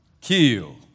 kill